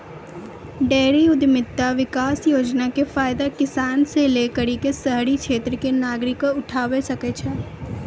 dairy उद्यमिता विकास योजना के फायदा किसान से लै करि क शहरी क्षेत्र के नागरिकें उठावै सकै छै